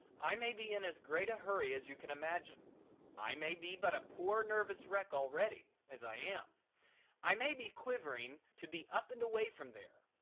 i may be in as great a hurry as you can imagine i may be but a poor nervous wreck already, as i am i may be quivering to be up and away from there,